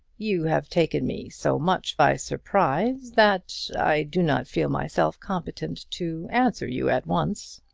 you have taken me so much by surprise that i do not feel myself competent to answer you at once.